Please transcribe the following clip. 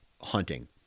hunting